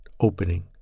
opening